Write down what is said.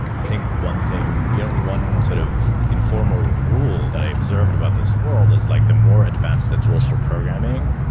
i think one thing yeah one sort of informer rule that i observed about this world is like the more advanced the tools we're programming,